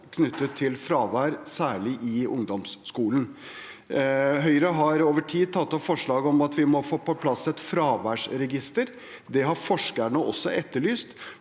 knyttet til fravær, særlig i ungdomsskolen. Høyre har over tid tatt opp forslag om at vi må få på plass et fraværsregister. Det har forskerne også etterlyst,